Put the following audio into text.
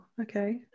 Okay